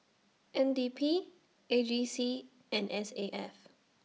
N D P A G C and S A F